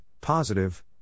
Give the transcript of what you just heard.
positive